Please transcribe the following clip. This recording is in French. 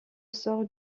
sort